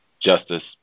Justice